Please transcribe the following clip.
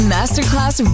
Masterclass